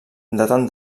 daten